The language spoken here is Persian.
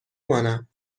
مانم